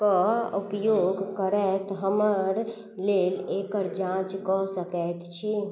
के उपयोग करैत हमरा लेल एकर जाँच कऽ सकै छी